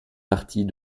partie